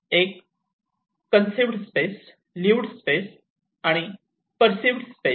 एक conceived space lived space perceived space